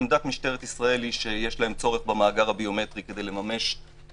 עמדת משטרת ישראל היא שיש להם צורך בטביעות אצבע כדי לממש את